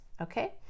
Okay